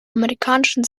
amerikanischen